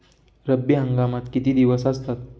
रब्बी हंगामात किती दिवस असतात?